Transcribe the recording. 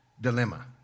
dilemma